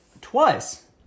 Twice